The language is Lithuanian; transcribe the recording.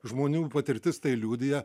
žmonių patirtis tai liudija